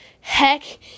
heck